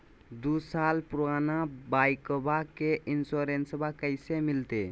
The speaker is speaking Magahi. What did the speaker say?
दू साल पुराना बाइकबा के इंसोरेंसबा कैसे मिलते?